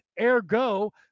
ergo